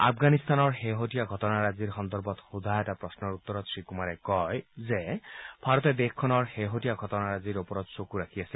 আফগানিস্তানৰ শেহতীয়া ঘটনাৰাজিৰ সন্দৰ্ভত সোধা এটা প্ৰধাৰ উত্তৰত শ্ৰীকুমাৰে কয় যে ভাৰতে দেশখনৰ শেহতীয়া ঘটনাৰাজিৰ ওপৰত চকু ৰাখি আছে